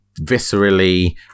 viscerally